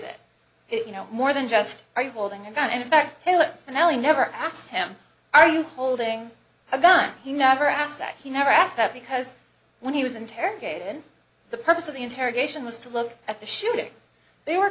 if you know more than just are you holding a gun and effectively and i never asked him are you holding a gun he never asked that he never asked that because when he was interrogated the purpose of the interrogation was to look at the shooting they were